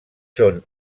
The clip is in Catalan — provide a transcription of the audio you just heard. són